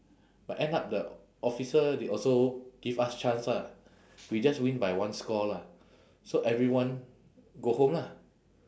but end up the officer they also give us chance lah we just win by one score lah so everyone go home lah